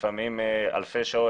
יש לפעול על מנת לאפשר אותם לבניה מחדש,